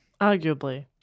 Arguably